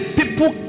people